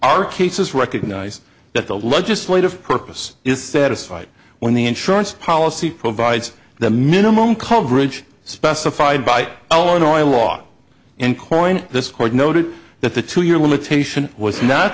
our cases recognize that the legislative purpose is satisfied when the insurance policy provides the minimum coverage specified by own oil law and coin this court noted that the two your limitation was not